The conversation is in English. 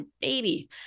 baby